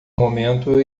momento